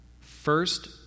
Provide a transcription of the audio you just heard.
First